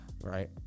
right